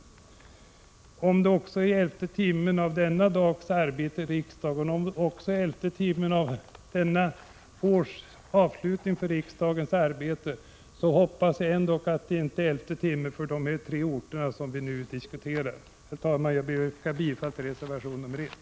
Också om det är i elfte timmen av denna dags arbete i riksdagen, och också om det är i elfte timmen av denna vårs avslutning av riksdagens arbete, hoppas jag ändock att det inte är i elfte timmen för de tre orter som vi nu diskuterar. Herr talman! Jag ber att få yrka bifall till reservation 1.